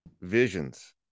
visions